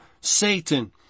Satan